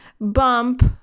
bump